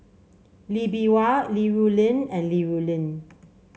Lee Bee Wah Li Rulin and Li Rulin